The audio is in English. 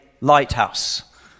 lighthouse